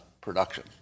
production